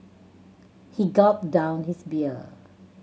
he gulped down his beer